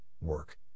work